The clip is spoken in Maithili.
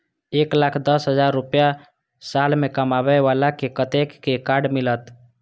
एक लाख दस हजार रुपया साल में कमाबै बाला के कतेक के कार्ड मिलत?